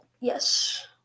yes